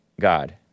God